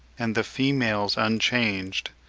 and the females unchanged,